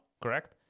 Correct